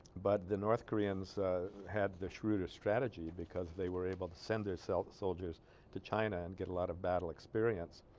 but the north koreans had the shrewdest strategy because they were able to send their so soldiers to china and get a lot of battle experience